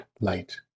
light